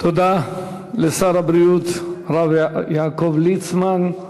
תודה לשר הבריאות הרב יעקב ליצמן.